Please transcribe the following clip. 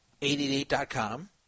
888.com